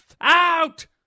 Out